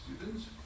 students